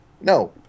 no